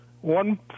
One